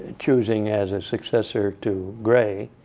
choosing, as a successor to gray,